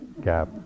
gap